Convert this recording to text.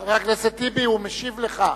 חבר הכנסת טיבי, הוא משיב לך.